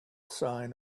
sign